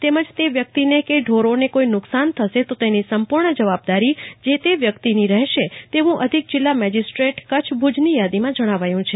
તેમજ તે વ્યકિતને કે ઢોરોને કોઇ નુકશાન થશે તો તેની સંપૂર્ણ જવાબદારી જે તેવ્યકિતની રફેશે તેવું અધિક જિલ્લા મેજીસ્ટ્રેટર કચ્છ ભુજની યાદીમાં જણાવાયું છે